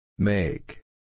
Make